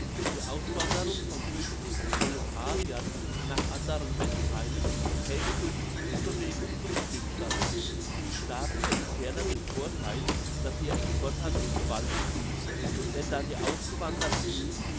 die auswanderung von christlichen proletariern nach anderen welttheilen käme durch die judenbewegung zum stillstande die staaten hätten ferner den vortheil dass ihr exporthandel gewaltig wüchse denn da die ausgewanderten